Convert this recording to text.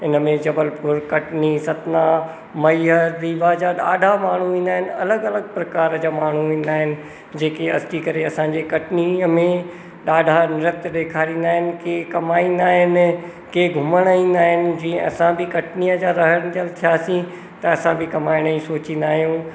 इन में जबलपुर कटनी सतना मैहर रीवा जा ॾाढा माण्हू ईंदा आहिनि अलॻि अलॻि प्रकार जा माण्हू ईंदा आहिनि जेके अची करे असांजे कटनीअ में ॾाढा नृत्य ॾेखारींदा आहिनि कंहिं कमाईंदा आहिनि कंहिं घुमणु ईंदा आहिनि जीअं असां बि कटनी जा रहंदियल थियासीं त असां बि कमाइण जी सोचींदा आहियूं